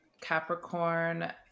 Capricorn